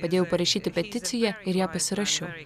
padėjau parašyti peticiją ir ją pasirašiau